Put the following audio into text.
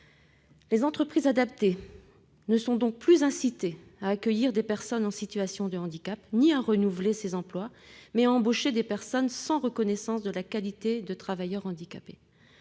Les entreprises adaptées sont donc non plus incitées à accueillir des personnes en situation de handicap ni à renouveler ces emplois, mais à embaucher des personnes sans reconnaissance de la qualité de travailleur handicapé.